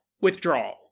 withdrawal